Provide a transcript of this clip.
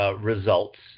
results